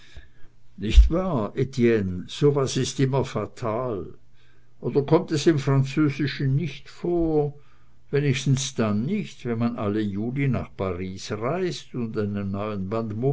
nicht wahr etienne so was ist immer fatal oder kommt es im französischen nicht vor wenigstens dann nicht wenn man alle juli nach paris reist und einen neuen